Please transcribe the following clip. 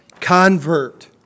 convert